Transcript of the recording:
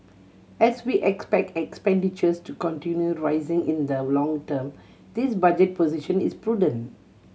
as we expect expenditures to continue rising in the long term this budget position is prudent